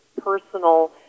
personal